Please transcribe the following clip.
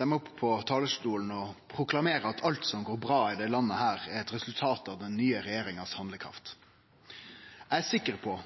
dei opp på talarstolen og proklamerer at alt som går bra i dette landet, er eit resultat av handlekrafta til den nye regjeringa. Eg er sikker på